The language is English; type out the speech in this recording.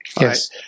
Yes